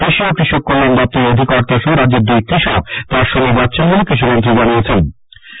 কৃষি ও কৃষক কল্যাণ দপ্তরের অধিকর্তা সহ রাজ্যের দুই কৃষক তার সঙ্গে যাচ্ছেন বলে কৃষিমন্ত্রী জানিয়েছেন